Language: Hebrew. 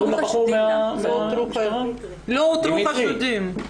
לא אותרו חשודים.